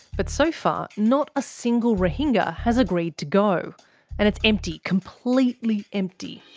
but so far, not a single rohingya has agreed to go and it's empty. completely empty.